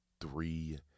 three